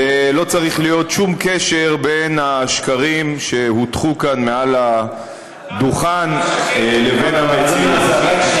ולא צריך להיות שום קשר בין השקרים שהוטחו כאן מעל הדוכן לבין המציאות.